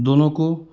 दोनों को